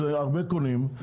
שהרבה קונים,